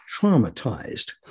traumatized